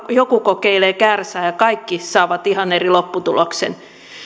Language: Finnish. joku kokeilee kärsää ja kaikki saavat ihan eri lopputuloksen